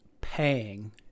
paying